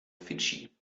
fidschi